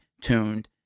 tuned